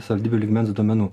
savivaldybių lygmens duomenų